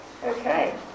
okay